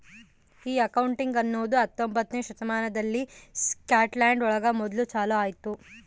ಈ ಅಕೌಂಟಿಂಗ್ ಅನ್ನೋದು ಹತ್ತೊಂಬೊತ್ನೆ ಶತಮಾನದಲ್ಲಿ ಸ್ಕಾಟ್ಲ್ಯಾಂಡ್ ಒಳಗ ಮೊದ್ಲು ಚಾಲೂ ಆಯ್ತು